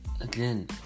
Again